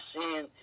seeing